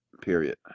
period